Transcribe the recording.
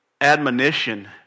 admonition